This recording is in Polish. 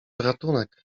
ratunek